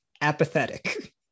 apathetic